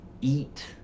eat